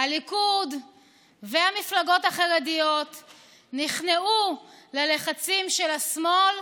הליכוד והמפלגות החרדיות נכנעו ללחצים של השמאל,